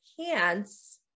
pants